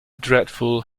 dreadful